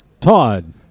Todd